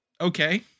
okay